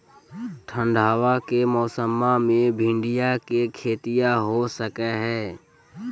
ठंडबा के मौसमा मे भिंडया के खेतीया हो सकये है?